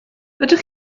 ydych